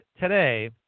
today